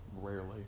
Rarely